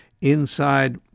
inside